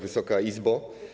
Wysoka Izbo!